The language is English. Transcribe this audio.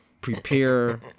prepare